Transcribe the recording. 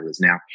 Now